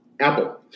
apple